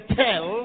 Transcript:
tell